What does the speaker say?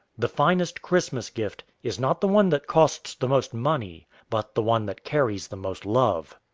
the finest christmas gift is not the one that costs the most money, but the one that carries the most love.